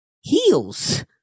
heels